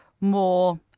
More